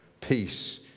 peace